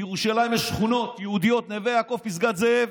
בירושלים יש שכונות יהודיות, נווה יעקב, פסגת זאב,